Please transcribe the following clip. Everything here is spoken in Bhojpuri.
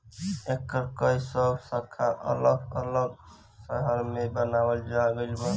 एकर कई गो शाखा अलग अलग शहर में बनावल गईल बा